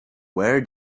where